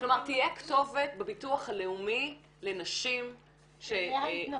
--- כלומר תהיה כתובת בביטוח הלאומי לנשים שנחלצות,